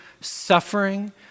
suffering